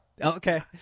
okay